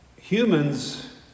Humans